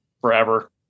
forever